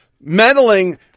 meddling